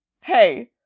Hey